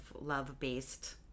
love-based